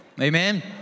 Amen